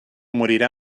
morirà